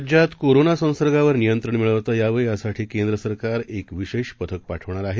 राज्यातकोरोनासंसर्गावरनियंत्रणमिळवतायावं यासाठीकेंद्रसरकारएकविशेषपथकपाठवणारआहे